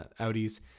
Audis